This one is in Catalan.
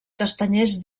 castanyers